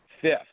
fifth